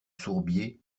sourbier